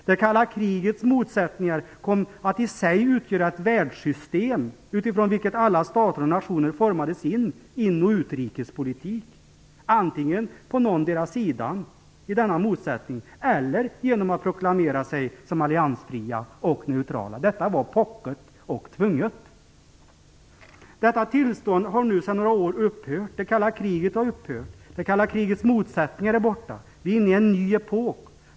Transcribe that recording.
Det kalla krigets motsättningar kom att i sig utgöra ett världssystem utifrån vilket alla stater och nationer utformade sin in och utrikespolitik, antingen på någondera sidan i denna motsättning eller genom att proklamera sig som alliansfria och neutrala. Detta var "pocket och tvunget". Detta tillstånd har nu sedan några år upphört. Det kalla kriget har upphört. Det kalla krigets motsättningar är borta. Vi är inne i en ny epok.